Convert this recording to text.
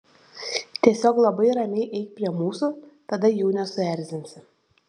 tiesiog labai ramiai eik prie mūsų tada jų nesuerzinsi